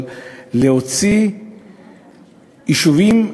אבל להוציא יישובים חלשים,